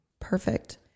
perfect